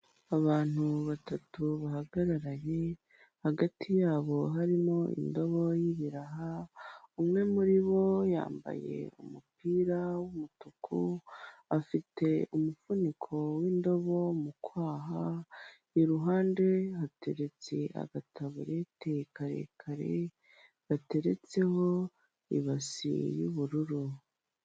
Abantu batatu bahagararanye hagati yabo harimo indobo y'ibiraha umwe muribo yambaye umupira w'umutuku afite umufuniko w'indobo mu kwaha iruhande hateretse agataboreti karekare gateretseho ibasi y'ubururu.